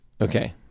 okay